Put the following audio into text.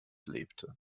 lebte